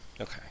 Okay